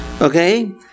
Okay